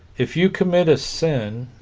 if you commit a sin